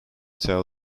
tell